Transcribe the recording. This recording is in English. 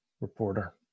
reporter